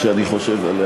כשאני חושב עליה,